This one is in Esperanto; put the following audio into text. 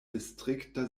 distrikta